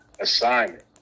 assignment